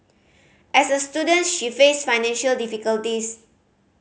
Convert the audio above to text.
as a student she faced financial difficulties